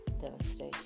devastation